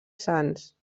sants